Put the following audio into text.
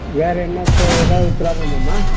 வேறு என்ன இப்போ ஏதாவது பிராப்ளமாம்மா